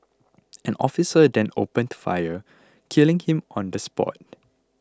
an officer then opened fire killing him on the spot